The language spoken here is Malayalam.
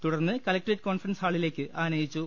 തുടർന്ന് കലക്ട്രേറ്റ് കോൺഫറൻസ് ഹാളിലേക്ക് ആനയിച്ചു